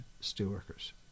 Steelworkers